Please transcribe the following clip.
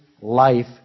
life